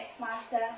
Master